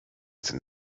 denn